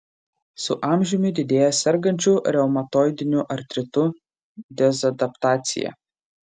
su amžiumi didėja sergančių reumatoidiniu artritu dezadaptacija